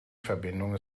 verbindung